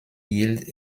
yield